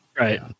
Right